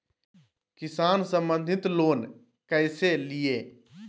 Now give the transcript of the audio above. किसान संबंधित लोन कैसै लिये?